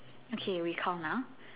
okay we count ah